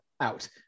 out